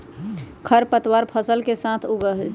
खर पतवार फसल के साथ उग जा हई